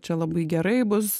čia labai gerai bus